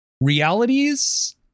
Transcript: realities